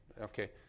okay